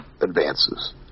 advances